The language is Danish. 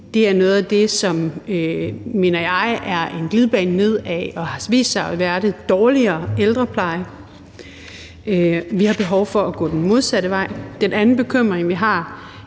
Det er noget af det, som, mener jeg, er en glidebane, og som har vist sig at føre til en dårligere ældrepleje. Vi har behov for at gå den modsatte vej. Den anden bekymring, vi har